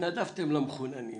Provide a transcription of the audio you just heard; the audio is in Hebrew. התנדבתם למחוננים.